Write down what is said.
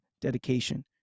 dedication